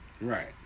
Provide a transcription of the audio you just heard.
Right